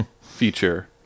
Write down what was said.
feature